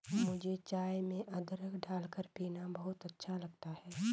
मुझे चाय में अदरक डालकर पीना बहुत अच्छा लगता है